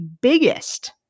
biggest